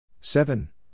seven